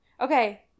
Okay